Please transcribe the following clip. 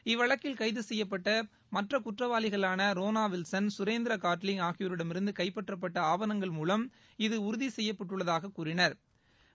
இவ்வழக்கில் கைது செய்யப்பட்ட மற்ற குற்றவாளிகளான ரோனா வில்சன் சுரேந்திர காட்லிங் ஆகியோரிடமிருந்து கைப்பற்றப்பட்ட ஆவணங்கள் மூலம் இது உறுதி செய்யப்பட்டுள்ளதாக கூறினா்